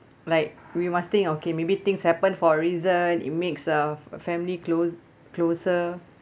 like we must think okay maybe things happen for a reason it makes a a family close~ closer